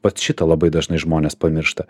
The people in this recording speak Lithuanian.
vat šitą labai dažnai žmonės pamiršta